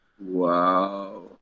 Wow